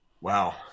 Wow